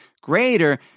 greater